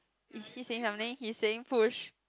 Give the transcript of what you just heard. is he saying something he saying push